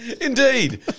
Indeed